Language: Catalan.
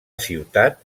ciutat